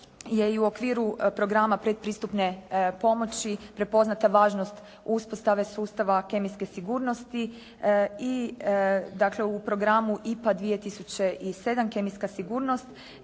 u okviru programa predpristupne pomoći prepoznata važnost uspostave sustava kemijske sigurnosti i dakle u programu IPA 2007. kemijska sigurnost,